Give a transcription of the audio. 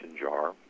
jar